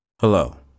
Hello